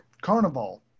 Carnival